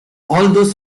although